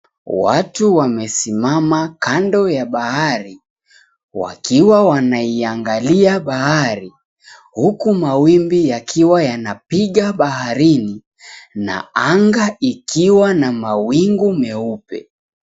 Watu wamesimama kando ya bahari, wakiwa wanaiangalia bahari, huku mawimbi yakiwa yanapiga baharini na anga ikiwa na mawingu meupe.